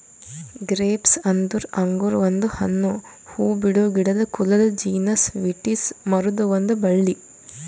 grapes ಅಂದುರ್ ಅಂಗುರ್ ಒಂದು ಹಣ್ಣು, ಹೂಬಿಡೋ ಗಿಡದ ಕುಲದ ಜೀನಸ್ ವಿಟಿಸ್ ಮರುದ್ ಒಂದ್ ಬಳ್ಳಿ